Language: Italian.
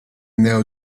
neo